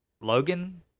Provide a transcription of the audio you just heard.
Logan